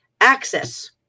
access